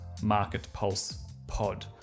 marketpulsepod